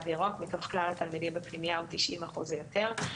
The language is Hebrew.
ירוק" מתוך כלל התלמידים בפנימייה הוא מעל 90% או יותר,